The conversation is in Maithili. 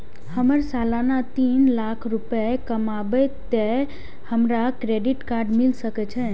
हमर सालाना तीन लाख रुपए कमाबे ते हमरा क्रेडिट कार्ड मिल सके छे?